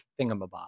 thingamabob